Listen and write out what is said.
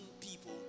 people